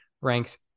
ranks